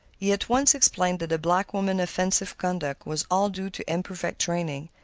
he at once explained that the black woman's offensive conduct was all due to imperfect training,